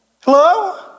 Hello